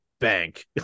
bank